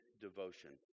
devotion